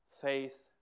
faith